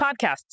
podcasts